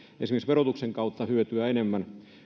esimerkiksi verotuksen kautta hyötyä enemmän